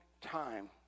time